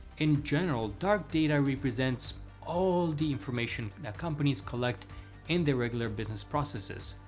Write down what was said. in general dark data represents all the information that companies collect in their regular business processes,